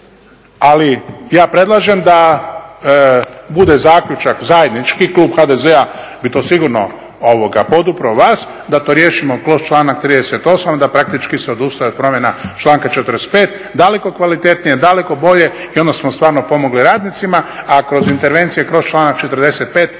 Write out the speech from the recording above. Ali ja predlažem da bude zaključak zajednički, klub HDZ-a bi to sigurno podupro vas, da to riješimo kroz članak 38. da praktički se odustaje od promjena članka 45., daleko kvalitetnije, daleko bolje i onda smo stvarno pomogli radnicima. A kroz intervencije kroz članak 45.